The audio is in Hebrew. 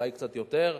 אולי קצת יותר,